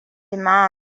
demand